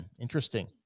interesting